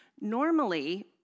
normally